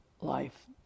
life